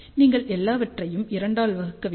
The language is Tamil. நீங்கள் எல்லாவற்றையும் 2 ஆல் வகுக்க வேண்டும்